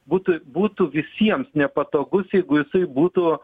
būtų būtų visiems nepatogus jeigu jisai būtų